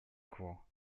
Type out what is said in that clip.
кво